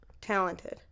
talented